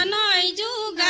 i